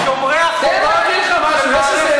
תן להגיד לך משהו.